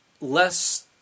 less